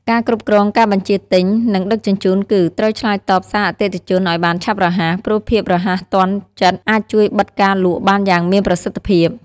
ការគ្រប់គ្រងការបញ្ជាទិញ និងដឹកជញ្ជូនគឺ ត្រូវឆ្លើយតបសារអតិថិជនឱ្យបានឆាប់រហ័ស ព្រោះភាពរហ័សទាន់ចិត្តអាចជួយបិទការលក់បានយ៉ាងមានប្រសិទ្ធភាព។